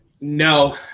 No